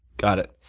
got it.